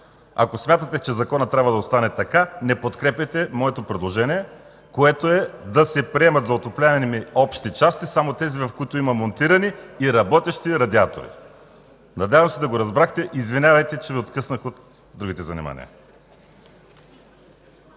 Ако смятате, че законът трябва да остане така, не подкрепяйте моето предложение, което е да се приемат за отопляеми общи части само тези, в които има монтирани и работещи радиатори. Надявам се, че го разбрахте. Извинявайте, че Ви откъснах от другите занимания.